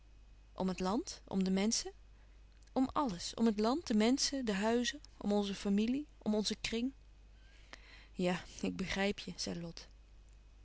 om het land om de menschen om alles om het land de menschen de huizen om onze familie om onzen kring ja ik begrijp je zei lot